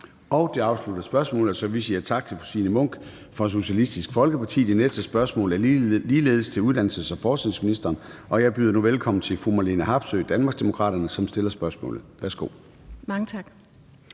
Det afslutter spørgsmålet, så vi siger tak til fru Signe Munk fra Socialistisk Folkeparti. Det næste spørgsmål er ligeledes til uddannelses- og forskningsministeren, og jeg byder nu velkommen til fru Marlene Harpsøe, Danmarksdemokraterne, som stiller spørgsmålet. Kl. 13:45 Spm.